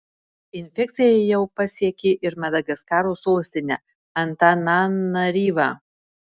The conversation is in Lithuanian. infekcija jau pasiekė ir madagaskaro sostinę antananaryvą